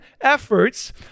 efforts